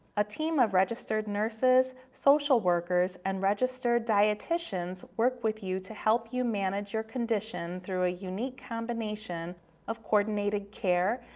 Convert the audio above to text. a team of registered nurses, social workers and registered dieticians work with you to help you manage your condition through a unique combination of coordinated care,